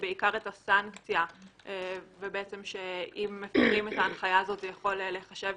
ובעיקר את הסנקציה שאם מפרים הנחיה זו זה יכול להיחשב